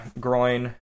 groin